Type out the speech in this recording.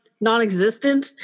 non-existent